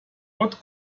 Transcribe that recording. what